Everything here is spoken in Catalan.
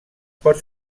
pot